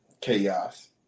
Chaos